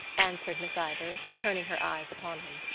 answered miss ivors, turning her eyes upon him.